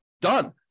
Done